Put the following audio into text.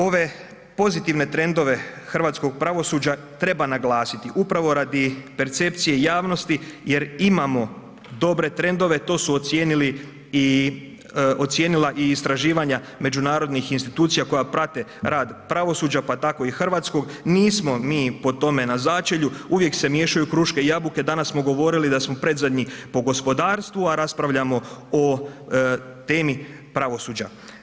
Ove pozitivne trendove hrvatskog pravosuđa treba naglasiti upravo radi percepcije javnosti jer imamo dobre trendove to su ocijenili i, ocijenila i istraživanja međunarodnih institucija koja prate rad pravosuđa, pa tako i hrvatskog, nismo mi po tome na začelju, uvijek se miješaju kruške i jabuke, danas smo govorili da smo predzadnji po gospodarstvu, a raspravljamo o temi pravosuđa.